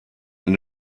eine